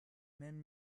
même